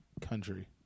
Country